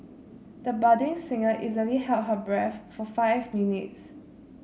the budding singer easily held her breath for five minutes